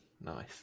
Nice